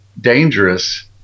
dangerous